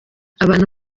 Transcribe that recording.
abantu